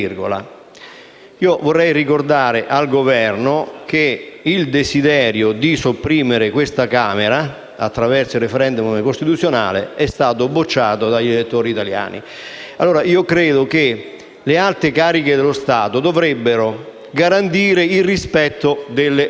Vorrei ricordare al Governo che il desiderio di sopprimere questa Camera attraverso il *referendum* costituzionale è stato bocciato dagli elettori italiani. Credo quindi che le alte cariche dello Stato dovrebbero garantire il rispetto delle regole,